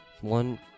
one